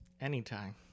Anytime